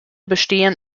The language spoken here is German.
bestehen